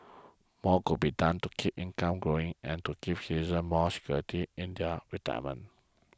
more could be done to keep incomes growing and to give citizens more security in done retirement